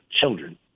children